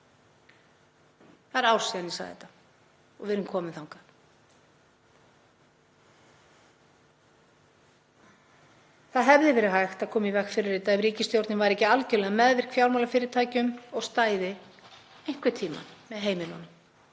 Það er ár síðan ég sagði þetta og við erum komin þangað. Það hefði verið hægt að koma í veg fyrir þetta ef ríkisstjórnin væri ekki algerlega meðvirk með fjármálafyrirtækjum og stæði einhvern tíma með heimilunum,